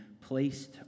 placed